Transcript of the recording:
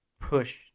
push